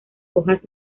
hojas